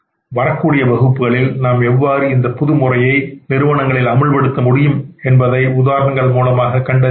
வரக்கூடிய வகுப்புகளில் நாம் எவ்வாறு இந்த புது முறையை அமல்படுத்த முடியும் என்பதை உதாரணங்கள் மூலமாக கண்டறிவோம்